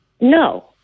No